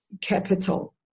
capital